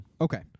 Okay